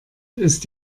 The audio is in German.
ist